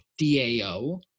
DAO